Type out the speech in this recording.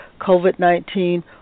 COVID-19